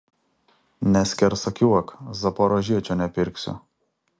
neskersakiuok zaporožiečio nepirksiu